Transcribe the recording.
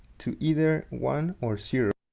to either one or zero